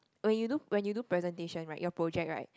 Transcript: when you do when you do presentation right your project right